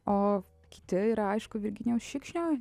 o kiti ir aišku virginijaus šikšnio